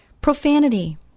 Profanity